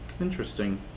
interesting